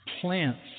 Plants